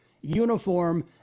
uniform